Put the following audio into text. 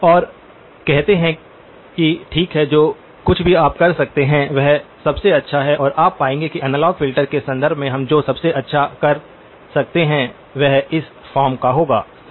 और कहते हैं कि ठीक है जो कुछ भी आप कर सकते हैं वह सबसे अच्छा है और आप पाएंगे कि एनालॉग फ़िल्टर के संदर्भ में हम जो सबसे अच्छा कर सकते हैं वह इस फॉर्म का होगा सही